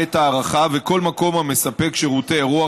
בית הארחה וכל מקום המספק שירותי אירוח